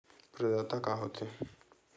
प्रदाता का हो थे?